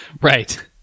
Right